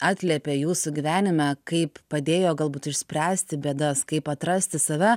atliepia jūsų gyvenime kaip padėjo galbūt išspręsti bėdas kaip atrasti save